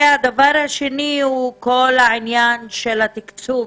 הדבר השני הוא כל העניין של התקצוב